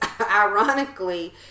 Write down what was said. ironically